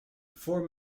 voor